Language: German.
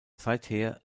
seither